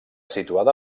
situada